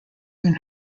been